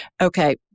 Okay